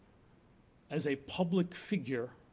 as a public figure